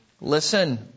listen